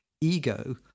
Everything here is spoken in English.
ego